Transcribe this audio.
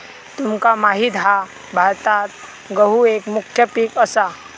तुमका माहित हा भारतात गहु एक मुख्य पीक असा